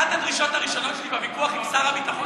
אחת הדרישות הראשונות שלי בוויכוח עם שר הביטחון